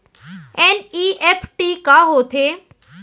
NEFT का होथे?